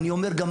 אבל זה התקשרות.